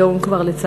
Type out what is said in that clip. היום כבר לא צריך,